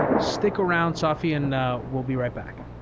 stick around, safi, and we'll be right back.